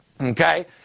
Okay